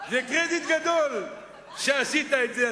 זה קרדיט גדול שעשית את זה?